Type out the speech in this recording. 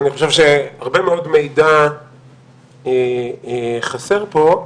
אני חושב שהרבה מאוד מידע חסר פה,